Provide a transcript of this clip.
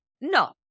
No